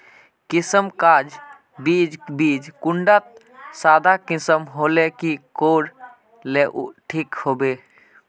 किसम गाज बीज बीज कुंडा त सादा किसम होले की कोर ले ठीक होबा?